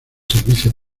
servicios